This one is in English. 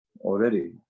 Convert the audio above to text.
already